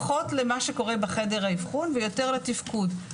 פחות למה שקורה בחדר האבחון ויותר לתפקוד,